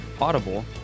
Audible